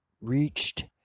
reached